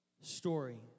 story